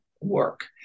work